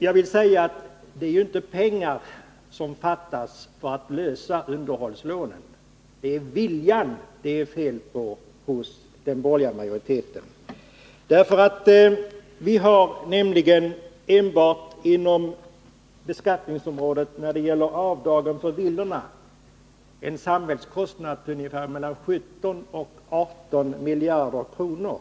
Jag vill säga att det inte är pengar för att klara underhållslånen som fattas, utan att det är viljan som det är fel på hos den borgerliga majoriteten. Enbart avdragen för villor vid beskattningen drar nämligen en samhällskostnad på ungefär 16-18 miljarder kronor.